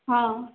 ହଁ